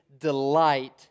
Delight